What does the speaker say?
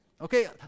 Okay